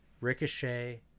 Ricochet